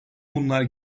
bunlar